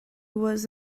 was